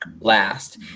Last